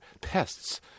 pests